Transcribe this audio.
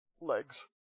legs